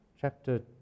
chapter